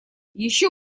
еще